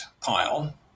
pile